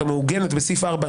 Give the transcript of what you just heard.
המעוגנת בסעיף 4,